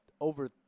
over